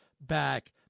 back